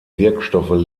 wirkstoffe